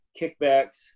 kickbacks